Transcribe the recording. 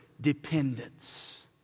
dependence